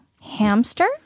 Hamster